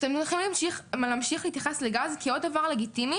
אתם לא יכולים להמשיך להתייחס לגז כעוד דבר לגיטימי